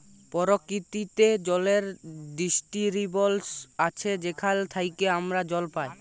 পরকিতিতে জলের ডিস্টিরিবশল আছে যেখাল থ্যাইকে আমরা জল পাই